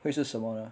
会是什么呢